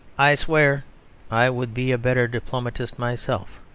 i swear i would be a better diplomatist myself.